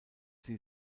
sie